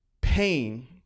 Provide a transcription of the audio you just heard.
pain